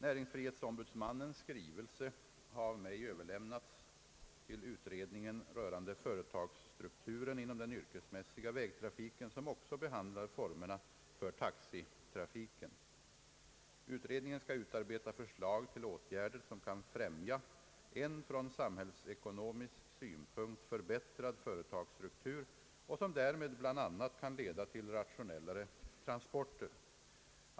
Näringsfrihetsombudsmannens skrivelse har av mig överlämnats till utredningen rörande företagsstrukturen inom den yrkesmässiga vägtrafiken, som också behandlar formerna för taxitrafiken. Utredningen skall utarbeta förslag till åtgärder, som kan främja en från samhällsekonomisk synpunkt förbättrad företagsstruktur och som därmed bl.a. kan leda till rationellare transporter.